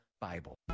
Bible